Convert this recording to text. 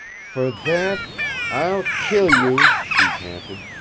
for that i'll kill you! she panted.